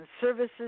services